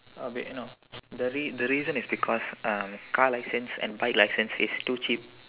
I'll be no the rea~ the reason is because uh car license and bike license is too cheap